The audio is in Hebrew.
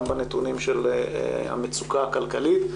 גם בנתונים של המצוקה הכלכלית,